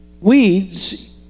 weeds